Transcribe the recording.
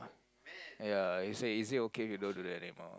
ya it said is it okay if you don't do that anymore